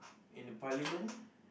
in the parliament